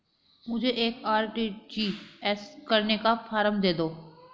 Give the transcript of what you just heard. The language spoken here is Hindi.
मुझे एक आर.टी.जी.एस करने का फारम दे दो?